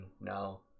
now